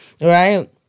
right